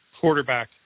quarterback